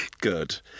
Good